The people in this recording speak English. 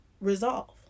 resolve